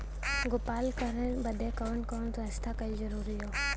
गोपालन करे बदे कवन कवन व्यवस्था कइल जरूरी ह?